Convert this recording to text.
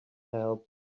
help